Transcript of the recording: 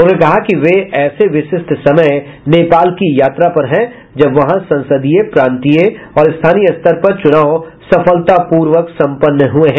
उन्होंने कहा कि वे ऐसे विशिष्ट समय नेपाल की यात्रा पर हैं जब वहां संसदीय प्रांतीय और स्थानीय स्तर पर चुनाव सफलतापूर्वक संपन्न हुए हैं